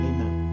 Amen